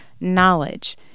knowledge